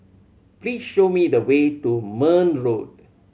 please show me the way to Marne Road